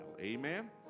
Amen